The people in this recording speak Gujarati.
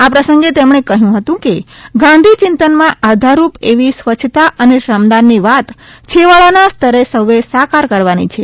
આ પ્રસંગે તેમણે કહ્યું હતું કે ગાંધી ચિંતન માં આધારરૂમ એવી સ્વચ્છતા અને શ્રમદાનની વાત છેવાડાના સ્તરે સૌએ સાકાર કરવાની છે